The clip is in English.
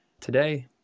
today